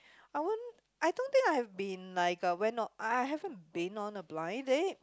I won't I don't think I have been like uh went on I I haven't been on a blind date